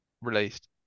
released